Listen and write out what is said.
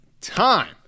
time